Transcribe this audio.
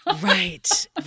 Right